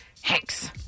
Hanks